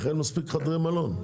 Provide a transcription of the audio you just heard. אין מספיק חדרי מלון.